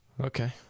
Okay